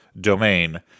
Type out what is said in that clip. domain